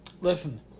listen